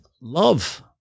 love